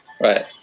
Right